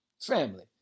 Family